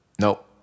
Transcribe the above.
Nope